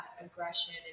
aggression